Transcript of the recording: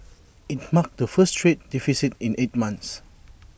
IT marked the first trade deficit in eight months